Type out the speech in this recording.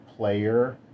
player